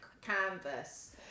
canvas